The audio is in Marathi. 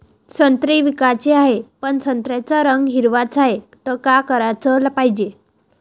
संत्रे विकाचे हाये, पन संत्र्याचा रंग हिरवाच हाये, त का कराच पायजे?